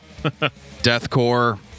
Deathcore